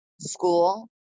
school